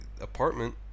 apartment